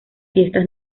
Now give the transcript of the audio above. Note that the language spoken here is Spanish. fiestas